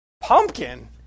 Pumpkin